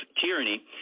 tyranny